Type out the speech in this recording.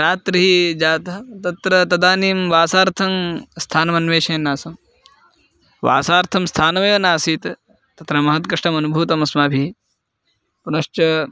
रात्रिः जाता तत्र तदानीं वासार्थं स्थानमन्विष्यन् आसम् वासार्थं स्थानमेव नासीत् तत्र महत् कष्टम् अनुभूतम् अस्माभिः पुनश्च